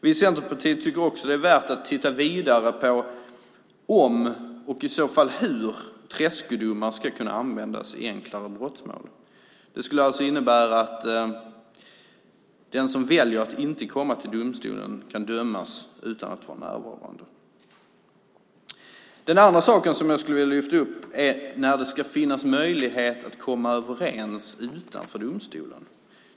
Vi i Centerpartiet tycker också att det är värt att titta vidare på om och i så fall hur tredskodomar ska kunna användas i enklare brottmål. Det skulle alltså innebära att den som väljer att inte komma till domstolen kan dömas utan att vara närvarande. Den andra saken jag skulle vilja ta upp är när det ska finnas möjlighet att komma överens utanför domstolen.